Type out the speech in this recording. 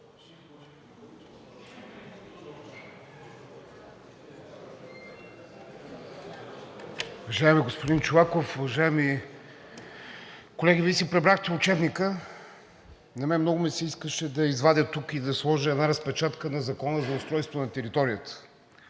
Уважаеми господин Чолаков, уважаеми колеги! Вие си прибрахте учебника, но на мен много ми се искаше да извадя и да сложа тук една разпечатка на Закона за устройство на територията.